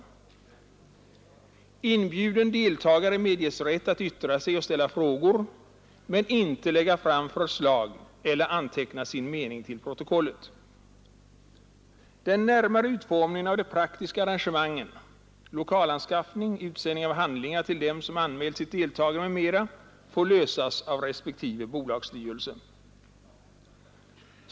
Inbjuden deltagare medges rätt att yttra sig och ställa frågor men inte lägga fram förslag eller få sin mening antecknad till protokollet. De praktiska arrangemangen — lokalanskaffning, utsändning av handlingar till dem som anmält sitt deltagande, m.m. — får utformas av respektive bolagsstyrelser.